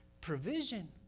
provision